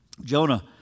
Jonah